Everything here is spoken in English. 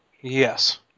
Yes